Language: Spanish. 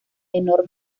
menor